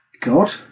God